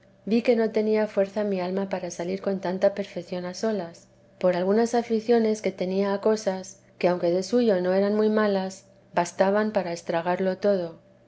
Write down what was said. vi que no tenía fuerza mi alma para salir con tanta perfección a solas por algunas aficiones que tenía a cosas que aunque de suyo no eran muy malas bastaban para estragarlo todo